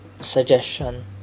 suggestion